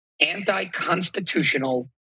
anti-constitutional